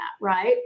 Right